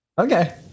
okay